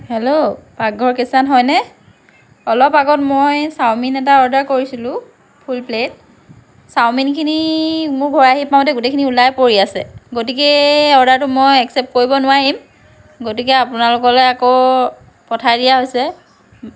hello পাকঘৰ kitchen হয়নে অলপ আগত মই চাওমিন এটা অৰ্ডাৰ কৰিছিলোঁ ফুল প্লেট চাওমিনখিনি মোৰ ঘৰ আহি পাওঁতে গোটেইখিনি ওলাই পৰি আছে গতিকে অৰ্ডাৰটো মই একচেপ্ট কৰিব নোৱাৰিম গতিকে আপোনালোকলৈ আকৌ পঠাই দিয়া হৈছে